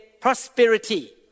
prosperity